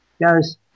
goes